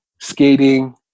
skating